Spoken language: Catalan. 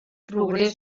progrés